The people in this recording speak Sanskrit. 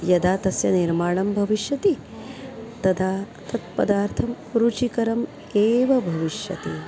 यदा तस्य निर्माणं भविष्यति तदा तत् पदार्थं रुचिकरम् एव भविष्यति